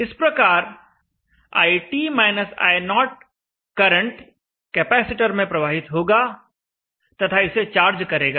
इस प्रकार IT - I0 current capacitor में प्रवाहित होगा तथा इसे चार्ज करेगा